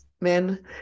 men